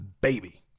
baby